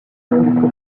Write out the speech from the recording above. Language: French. nom